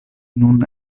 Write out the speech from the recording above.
nun